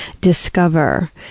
discover